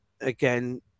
again